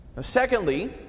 Secondly